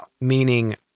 meaning